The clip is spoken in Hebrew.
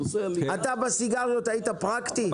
אתה בסיגריות היית פרקטי,